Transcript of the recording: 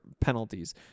penalties